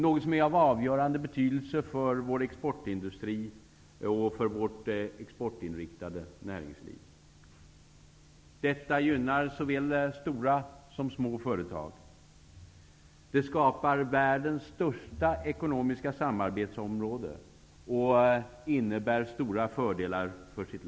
Det är av avgörande betydelse för vår exportindustri och för vårt exportinriktade näringsliv. Detta gynnar såväl små som stora företag. Det skapar världens största ekonomiska samarbetsområde och det innebär stora fördelar för landet.